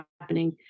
happening